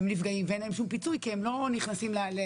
הם נפגעים ואין להם שום פיצוי כי הם לא נכנסים למלונאות.